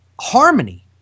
harmony